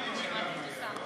אין בעיה.